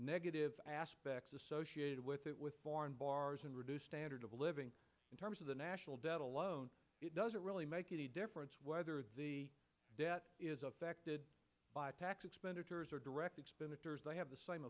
negative aspects associated with it with foreign bars and reduced standard of living in terms of the national debt alone it doesn't really make any difference whether the debt is affected by tax expenditures or direct expenditures they have the same